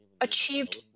achieved